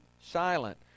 silent